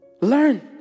learn